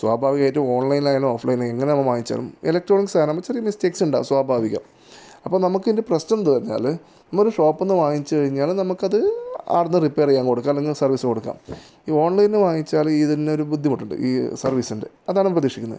സ്വാഭാവികമായിട്ടും ഓൺലൈനായാലും ഓഫ്ലൈനായാലും എങ്ങനെ നമ്മൾ വാങ്ങിയാലും എലക്ട്രോണിക് സാധനം ആവുമ്പോൾ ചെറിയ മിസ്റ്റേക്സ് ഉണ്ടാവും സ്വാഭാവികം അപ്പോൾ നമുക്കിതിൻ്റെ പ്രശ്നം എന്തെന്ന് പറഞ്ഞാൽ നമ്മളൊരു ഷോപ്പിൽ നിന്ന് വാങ്ങി കഴിഞ്ഞാൽ നമുക്കത് അവിടെ നിന്ന് റിപ്പയർ ചെയ്യാൻ കൊടുക്കാം സർവീസിന് കൊടുക്കാം ഈ ഓൺലൈനിൽ നിന്ന് വാങ്ങിയാൽ ഇതിനൊരു ബുദ്ധിമുട്ടുണ്ട് ഈ സർവീസിൻ്റെ അതാണ് പ്രതീക്ഷിക്കുന്നത്